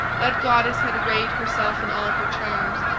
that goddess had arrayed herself in all her charms,